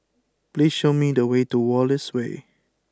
please show me the way to Wallace Way